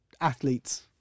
athletes